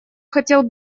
хотел